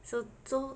首宗